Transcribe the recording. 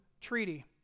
treaty